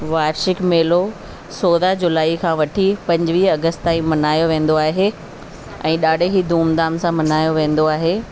वार्षिक मेलो सोरहं जुलाई खां वठी पंजवीह अगस्त ताईं मल्हायो वेंदो आहे ऐं ॾाढो ई धूमधाम सां मल्हायो वेंदो आहे